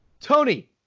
Tony